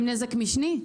הם נזק משני?